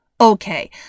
Okay